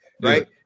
right